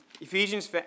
Ephesians